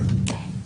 כן.